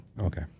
Okay